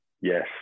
Yes